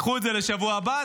קחו את זה לשבוע הבא,